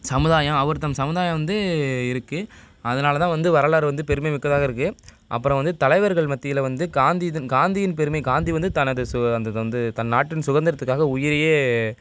சமுதாயம் அவர் தம் சமுதாயம் வந்து இருக்குது அதனால தான் வந்து வரலாறு வந்து பெருமை மிக்கதாக இருக்குது அப்புறம் வந்து தலைவர்கள் மத்தியில் வந்து காந்தி தன் காந்தியின் பெருமை காந்தி வந்து தனது சு அந்த இது வந்து தன் நாட்டின் சுதந்திரத்துக்காக உயிரையே